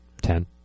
Ten